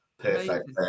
Perfect